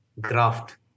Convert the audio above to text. graft